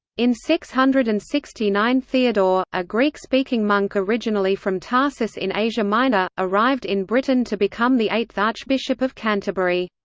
in six hundred and sixty nine theodore, a greek-speaking monk originally from tarsus in asia minor, arrived in britain to become the eighth archbishop of canterbury.